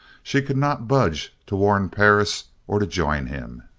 she could not budge to warn perris or to join him!